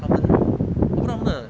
他们不懂得